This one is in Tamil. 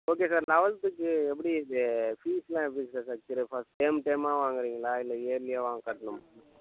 ஓகே சார் லவெல்த்துக்கு எப்டி இந்த ஃபீஸ்லாம் எப்டி சார் இப்ப டேர்ம் டேர்மா வாங்குறீங்களா இல்ல இயர்லியா வா கட்ணுமா